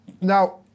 Now